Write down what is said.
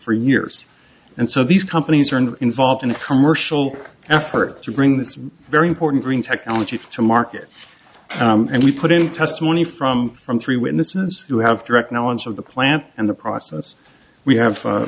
years and so these companies are involved in the commercial effort to bring this very important green technology to market and we put in testimony from from three witnesses who have direct knowledge of the plant and the process we have